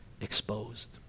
exposed